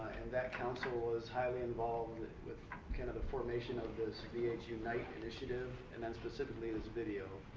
and that council is highly involved with kind of the formation of this vh united initiative, and then specifically this video,